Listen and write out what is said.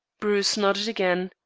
bruce nodded again.